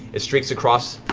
it streaks across,